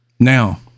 Now